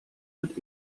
wird